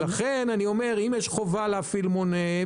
הדרך שבה זה נעשה היא על ידי פטור באמצעות תקנות,